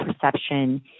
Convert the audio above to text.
perception